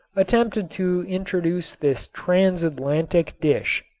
attempted to introduce this transatlantic dish.